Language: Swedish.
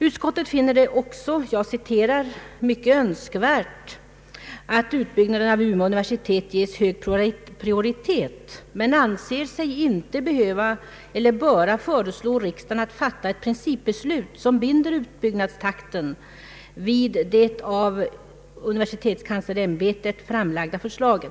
Utskottet finner det också ”mycket önskvärt att utbyggnaden av Umeå universitet ges hög prioritet men anser sig inte böra föreslå riksdagen att göra något uttalande som binder utbyggnadstakten vid det av universitetskanslersämbetet framlagda förslaget”.